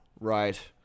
Right